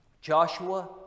Joshua